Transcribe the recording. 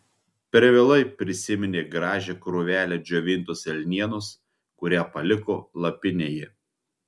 per vėlai prisiminė gražią krūvelę džiovintos elnienos kurią paliko lapinėje